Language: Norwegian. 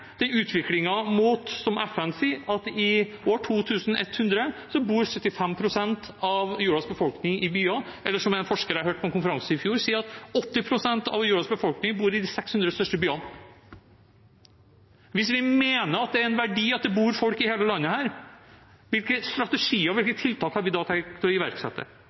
den utviklingen som, ifølge FN, går mot at 75 pst. av jordas befolkning bor i byer i år 2100? Eller, som jeg hørte en forsker på en konferanse i fjor si, at 80 pst. av jordas befolkning bor i de 600 største byene? Hvis vi mener det er en verdi at det bor folk i hele landet – hvilke strategier og hvilke tiltak har vi da tenkt å iverksette?